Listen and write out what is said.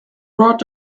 brought